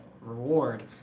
reward